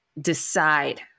decide